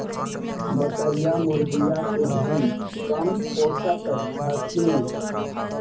बकरीया, मुर्गीया के भी कमपोसत हखिन?